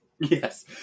Yes